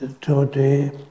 today